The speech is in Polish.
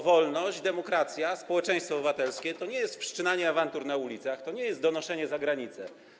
Wolność, demokracja, społeczeństwo obywatelskie to nie jest wszczynanie awantur na ulicach, to nie jest donoszenie za granicę.